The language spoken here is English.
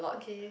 okay